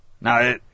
Now